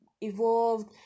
evolved